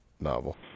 novel